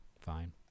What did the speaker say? fine